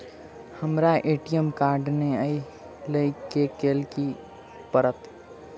हमरा ATM card नै अई लई केँ लेल की करऽ पड़त?